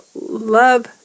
love